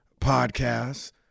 podcasts